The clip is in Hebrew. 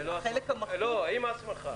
עם ההסמכה.